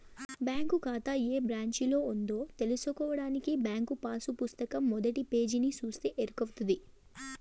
bank కాతా ఏ బ్రాంచిలో ఉందో తెల్సుకోడానికి బ్యాంకు పాసు పుస్తకం మొదటి పేజీని సూస్తే ఎరకవుతది